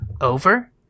over